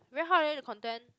very hard leh the content